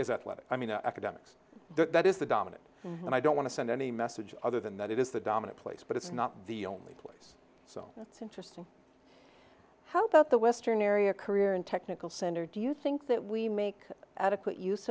level i mean academics that is the dominant and i don't want to send any message other than that it is the dominant place but it's not the only place so that's interesting how about the western area career and technical center do you think that we make adequate use